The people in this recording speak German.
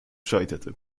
scheiterte